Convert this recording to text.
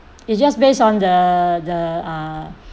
it's just based on the the uh